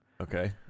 Okay